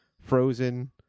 Frozen